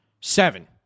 Seven